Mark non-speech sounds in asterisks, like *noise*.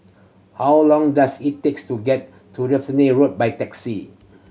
how long does it takes to get to *unintelligible* Road by taxi